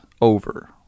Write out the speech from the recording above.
over